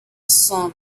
sun